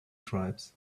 tribes